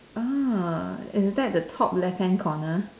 ah is that the top left hand corner